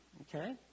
okay